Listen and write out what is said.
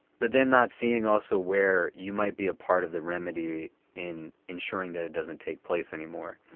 but then not seeing also where you might be a part of the remedy in ensuring that it doesn't take place anymore.